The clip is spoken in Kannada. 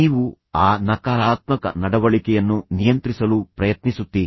ನೀವು ಆ ನಕಾರಾತ್ಮಕ ನಡವಳಿಕೆಯನ್ನು ನಿಯಂತ್ರಿಸಲು ಪ್ರಯತ್ನಿಸುತ್ತೀರಿ